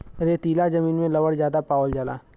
रेतीला जमीन में लवण ज्यादा पावल जाला